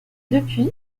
depuis